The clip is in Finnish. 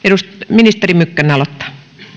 ministeri mykkänen aloittaa